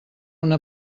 una